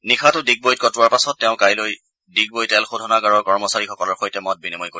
নিশাতো ডিগবৈত কটোৱাৰ পাছত তেওঁ কাইলৈ ডিগবৈ তেল শোধনাগাৰৰ কৰ্মচাৰীসকলৰ সৈতে মত বিনিময় কৰিব